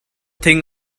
thing